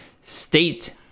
State